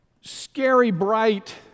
scary-bright